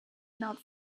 not